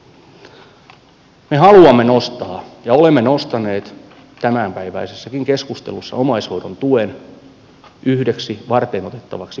me haluamme nostaa ja olemme nostaneet tämänpäiväisessäkin keskustelussa omaishoidon tuen yhdeksi varteenotettavaksi vaihtoehdoksi